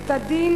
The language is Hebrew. את הדין